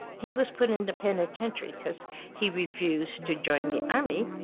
he was put in the penitentiary because he refused to join the army,